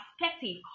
perspective